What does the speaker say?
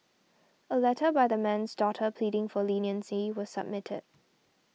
a letter by the man's daughter pleading for leniency was submitted